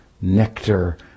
nectar